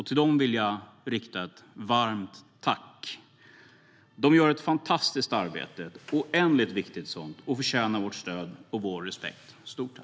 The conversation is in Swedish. Till dem vill jag rikta ett varmt tack. De gör ett fantastiskt arbete som är oändligt viktigt, och de förtjänar vårt stöd och vår respekt. Stort tack!